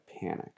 panic